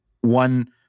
one